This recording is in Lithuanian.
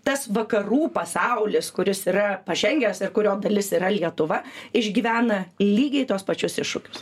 tas vakarų pasaulis kuris yra pažengęs ir kurio dalis yra lietuva išgyvena lygiai tuos pačius iššūkius